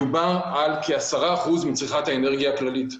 מדובר על כ-10 אחוזים מצריכת האנרגיה הכללית.